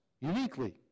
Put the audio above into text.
uniquely